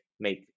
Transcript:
make